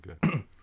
good